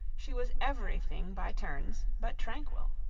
she was every thing by turns but tranquil.